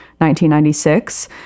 1996